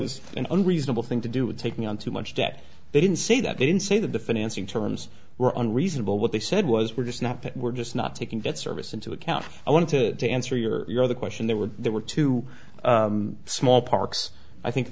was an unreasonable thing to do with taking on too much debt they didn't say that they didn't say that the financing terms were unreasonable what they said was we're just not that we're just not taking that service into account i wanted to answer your other question there were there were two small parks i think